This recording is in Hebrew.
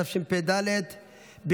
התשפ"ד 2023,